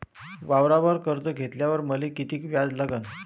वावरावर कर्ज घेतल्यावर मले कितीक व्याज लागन?